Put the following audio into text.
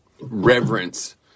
Reverence